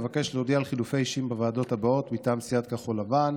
אבקש להודיע על חילופי אישים: מטעם סיעת כחול לבן,